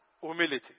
humility